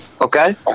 Okay